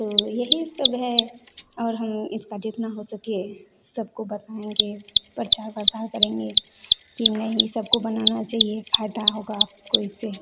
तो यही सब है और हम इसका जितना हो सके सबको बताएंगे प्रचार प्रसार करेंगे कि नहीं सबको बनाना चाहिए फायदा होगा आपको इससे